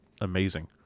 amazing